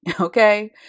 okay